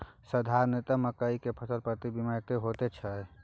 साधारणतया मकई के फसल प्रति बीघा कतेक होयत छै?